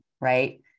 right